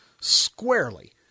squarely